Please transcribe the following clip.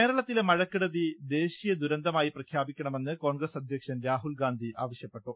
കേരളത്തിലെ മഴക്കെടുതി ദേശീയദുരന്തമായി പ്രഖ്യാപിക്കണമെന്ന് കോൺഗ്രസ് അധ്യക്ഷൻ രാഹുൽഗാന്ധി ആവശ്യപ്പെട്ടു